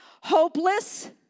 hopeless